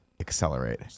accelerate